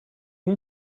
you